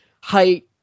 height